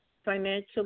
financial